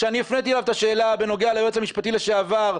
כשאני הפניתי אליו את השאלה בנוגע ליועץ המשפטי לשעבר,